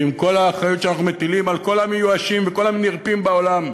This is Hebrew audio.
ועם כל האחריות שאנחנו מטילים על כל המיואשים וכל הנרפים בעולם,